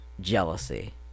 jealousy